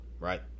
Right